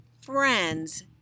friends